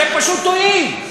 אתם פשוט טועים.